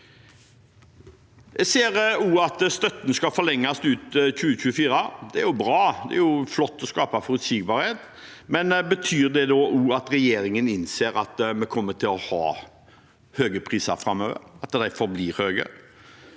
Jeg ser at støtten skal forlenges ut 2024. Det er jo bra. Det er flott å skape forutsigbarhet, men betyr det da også at regjeringen innser at vi kommer til å ha høye priser framover, og at de forblir høye?